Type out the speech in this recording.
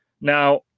now